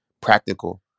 practical